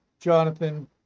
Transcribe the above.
jonathan